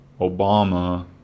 obama